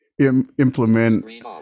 implement